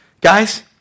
Guys